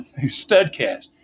Studcast